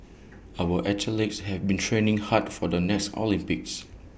our athletes have been training hard for the next Olympics